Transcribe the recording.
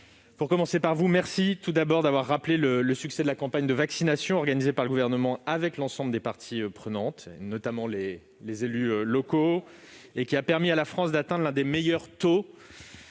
le rapporteur, je vous remercie tout d'abord d'avoir rappelé le succès de la campagne de vaccination organisée par le Gouvernement avec l'ensemble des parties prenantes, notamment les élus locaux. Celle-ci a permis à la France d'atteindre l'un des meilleurs taux